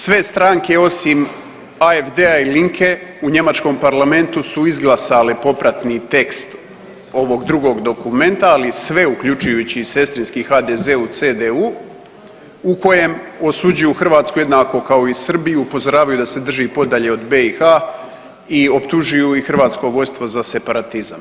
Sve stranke osim AfD-a i Linke u njemačkom parlamentu su izglasale popratni tekst ovog drugog dokumenta, ali i sve uključujući i sestrinski HDZ u CDU u kojem osuđuju Hrvatsku jednako kao i Srbiju, upozoravaju da se drži podalje od BiH i optužuju i hrvatsko vodstvo za separatizam.